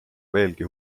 veelgi